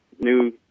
new